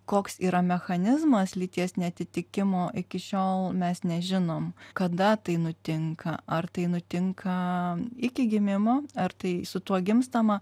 koks yra mechanizmas lyties neatitikimo iki šiol mes nežinom kada tai nutinka ar tai nutinka iki gimimo ar tai su tuo gimstama